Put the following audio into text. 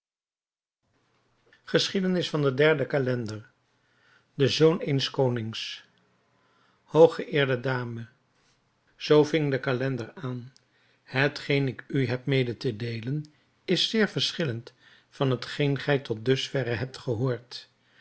geschiedenis van den derden calender den zoon eens konings hooggeëerde dame zoo ving de calender aan hetgeen ik u heb mede te deelen is zeer verschillend van hetgeen gij tot dus verre hebt gehoord